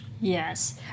Yes